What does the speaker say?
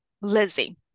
Lizzie